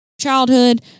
childhood